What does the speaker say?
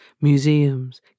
museums